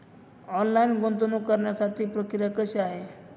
Online गुंतवणूक करण्यासाठी प्रक्रिया कशी आहे?